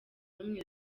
n’umwe